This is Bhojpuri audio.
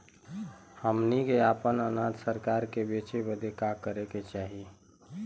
हमनी के आपन अनाज सरकार के बेचे बदे का करे के चाही?